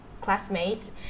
classmates